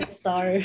star